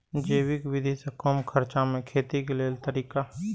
जैविक विधि से कम खर्चा में खेती के लेल तरीका?